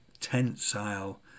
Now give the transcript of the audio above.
tensile